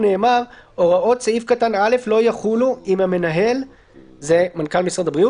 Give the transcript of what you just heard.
ידוע כבר איזה משרד זה יהיה?